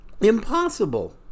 Impossible